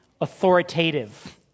authoritative